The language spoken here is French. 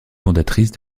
fondatrice